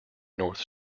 north